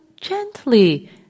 gently